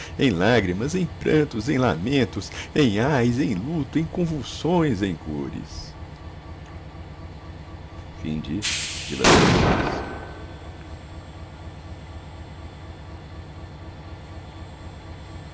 em lágrimas em prantos em lamentos em ais em luto em convulsões em cores de